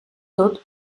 tot